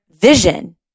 vision